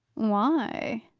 why?